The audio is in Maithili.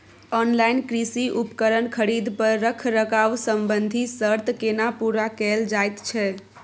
ऑनलाइन कृषि उपकरण खरीद पर रखरखाव संबंधी सर्त केना पूरा कैल जायत छै?